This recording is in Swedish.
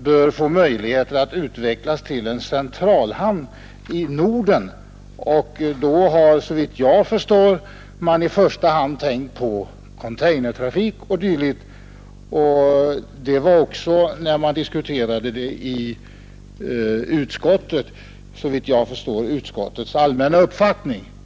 bör få möjligheter att utvecklas till en centralhamn i Norden, och såvitt jag förstår har man då i första hand tänkt på containertrafik o.d. När vi diskuterade frågan i utskottet föreföll detta också att vara den allmänna uppfattningen.